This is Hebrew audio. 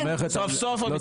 מי